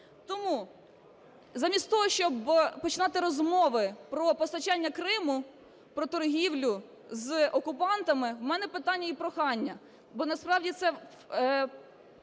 Тому замість того, щоб починати розмови про постачання Криму, про торгівлю з окупантами, в мене питання і прохання, бо насправді це